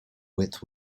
width